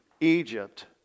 Egypt